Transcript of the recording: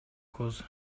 көз